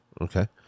Okay